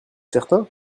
certain